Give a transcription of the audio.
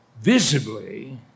visibly